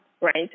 right